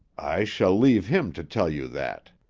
i shall leave him to tell you that.